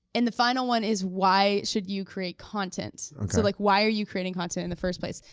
and the final one is why should you create content. and so like why are you creating content in the first place?